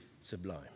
sublime